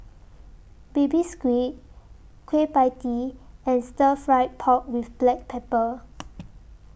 Baby Squid Kueh PIE Tee and Stir Fry Pork with Black Pepper